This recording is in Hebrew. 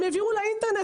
הם העבירו לאינטרנט.